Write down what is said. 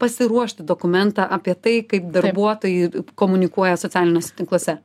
pasiruošti dokumentą apie tai kaip darbuotojai komunikuoja socialiniuose tinkluose